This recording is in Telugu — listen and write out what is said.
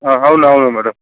అవును అవును మేడం